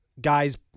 guys